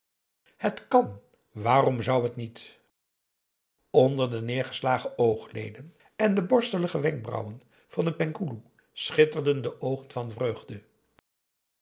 het kan waarom zou het niet onder de neergeslagen oogleden en de borstelige wenkbrauwen van den penghoeloe schitterden de oogen van vreugde